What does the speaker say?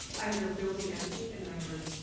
i hear building empathy, and then, i heard?